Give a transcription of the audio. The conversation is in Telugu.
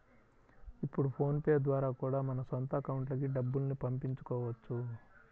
ఇప్పుడు ఫోన్ పే ద్వారా కూడా మన సొంత అకౌంట్లకి డబ్బుల్ని పంపించుకోవచ్చు